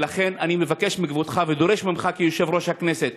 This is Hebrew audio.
ולכן אני מבקש מכבודך, ודורש ממך כיושב-ראש הכנסת: